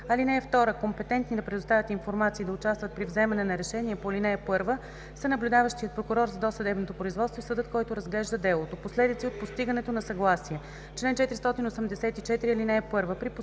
органи. (2) Компетентни да предоставят информация и да участват при вземане на решение по ал. 1 са наблюдаващият прокурор – за досъдебното производство, и съдът, който разглежда делото. Последици от постигането на съгласие Чл. 484.